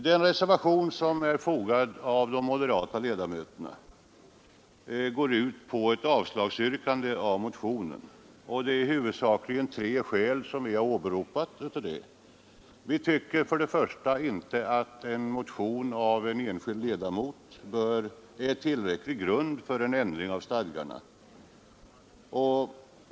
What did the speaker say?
Den reservation som är fogad till betänkandet av de moderata utskottsledamöterna går ut på ett avslagsyrkande. Det är huvudsakligen tre skäl som vi har åberopat härför. Vi tycker först och främst inte att en motion av en enskild ledamot är tillräcklig grund för en ändring av stadgarna.